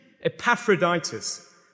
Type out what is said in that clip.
Epaphroditus